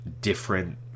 different